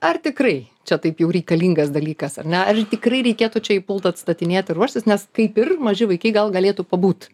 ar tikrai čia taip jau reikalingas dalykas ar ne ar tikrai reikėtų čia jį pult atstatinėt ruoštis nes kaip ir maži vaikai gal galėtų pabūt